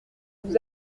vous